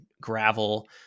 gravel